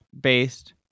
based